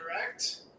correct